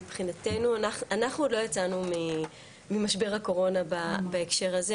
מבחינתנו אנחנו עוד לא יצאנו ממשבר הקורונה בהקשר הזה,